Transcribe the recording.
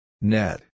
Net